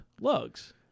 Lugs